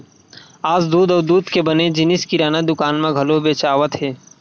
आज दूद अउ दूद के बने जिनिस किराना दुकान म घलो बेचावत हे